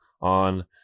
on